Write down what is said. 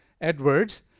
Edwards